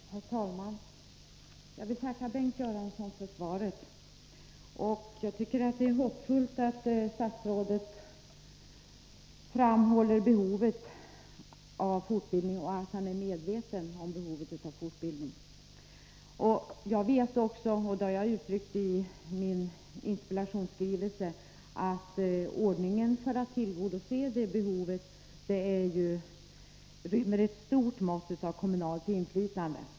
Herr talman! Jag vill tacka Bengt Göransson för svaret. Jag tycker att det är hoppfullt att statsrådet framhåller behovet av fortbildning och att han är medveten om behovet av fortbildning. Jag vet också — och det har jag uttryckt i min interpellation — att ordningen för att tillgodose behovet rymmer ettstort — Nr 27 mått av kommunalt inflytande.